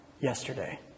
yesterday